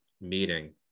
meeting